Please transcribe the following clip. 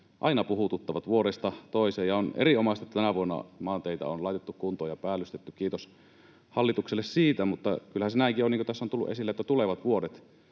aina puhututtavat vuodesta toiseen, ja on erinomaista, että tänä vuonna maanteitä on laitettu kuntoon ja päällystetty. Kiitos hallitukselle siitä. Mutta kyllähän se näinkin on, niin kuin tässä on tullut esille, että tulevat vuodet